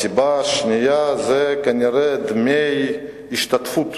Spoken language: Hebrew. הסיבה השנייה זה כנראה דמי השתתפות,